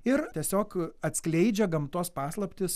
ir tiesiog atskleidžia gamtos paslaptis